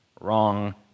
wrong